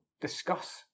discuss